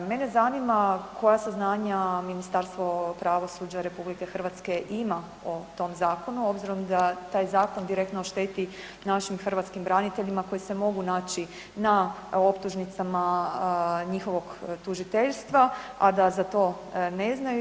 Mene zanima koja saznanja Ministarstvo pravosuđa Republike Hrvatske ima o tom zakonu s obzirom da taj zakon direktno šteti našim hrvatskim braniteljima koji se mogu naći na optužnicama njihovog tužiteljstva, a da za to ne znaju?